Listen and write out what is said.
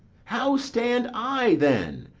how stand i, then,